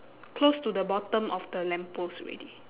close to the bottom of the lamppost already